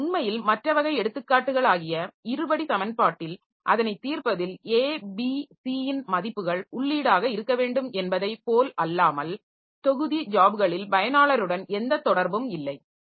எனவே உண்மையில் மற்ற வகை எடுத்துக்காட்டுகளாகிய இருபடி சமன்பாட்டில் அதனை தீர்ப்பதில் abc ன் மதிப்புகள் உள்ளீடாக இருக்க வேண்டும் என்பதை போலல்லாமல் தொகுதி ஜாப்களில் பயனாளருடன் எந்த தொடர்பும் இல்லை